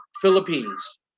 Philippines